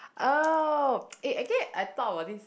oh eh actually I thought about this